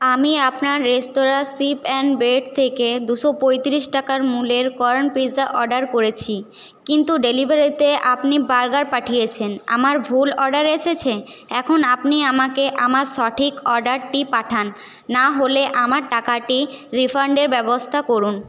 আমি আপনার রেস্তরাঁ সিপ অ্যান্ড ব্রেড থেকে দুশো পঁয়ত্রিশ টাকা মূল্যের কর্ন পিজা অর্ডার করেছি কিন্তু ডেলিভারিতে আপনি বার্গার পাঠিয়েছেন আমার ভুল অর্ডার এসেছে এখন আপনি আমাকে আমার সঠিক অর্ডারটি পাঠান না হলে আমার টাকাটি রিফান্ডের ব্যবস্থা করুন